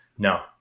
No